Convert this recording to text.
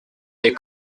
des